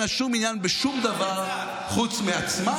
אין לה שום עניין בשום דבר חוץ מעצמה,